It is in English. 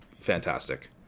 fantastic